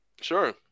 sure